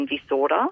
disorder